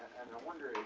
and i wonder,